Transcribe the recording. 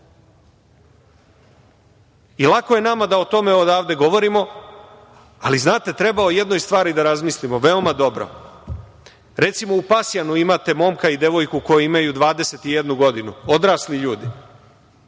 Lako je nama da o tome odavde govorimo, ali treba o jednoj stvari da razmislimo veoma dobro. Recimo, u Pasjanu imate momka i devojku koji imaju 21 godinu, odrasli ljudi.